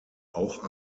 auch